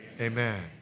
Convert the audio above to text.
Amen